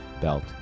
Belt